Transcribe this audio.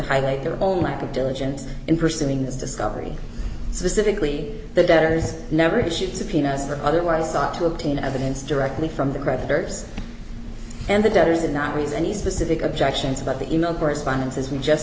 highlight their own lack of diligence in pursuing this discovery specifically the debtors never issued subpoenas for otherwise sought to obtain evidence directly from the creditors and the debtors and not reason any specific objections about the email correspondence as we just